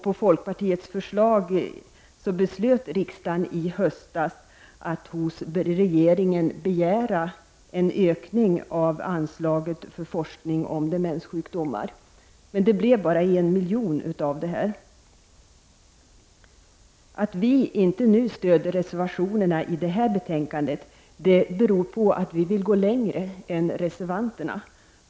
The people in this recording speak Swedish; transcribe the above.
På folkpartiets förslag beslöt riksdagen i höstas att hos regeringen begära en ökning av anslaget för forskning om demenssjukdomar. Men det blev bara 1 milj.kr. Att vi i folkpartiet inte stöder reservationerna i det här betänkandet beror på att vi vill gå längre än reservanterna.